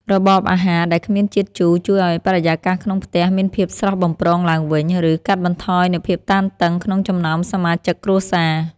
របបអាហារដែលគ្មានជាតិជូរជួយឱ្យបរិយាកាសក្នុងផ្ទះមានភាពស្រស់បំព្រងឡើងវិញ ឬ កាត់បន្ថយនូវភាពតានតឹងក្នុងចំណោមសមាជិកគ្រួសារ។